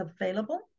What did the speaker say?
available